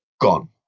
gone